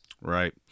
Right